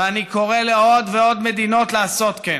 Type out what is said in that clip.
ואני קורא לעוד ועוד מדינות לעשות כן.